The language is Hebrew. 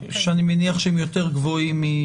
שאני מניח שהם יותר גבוהים.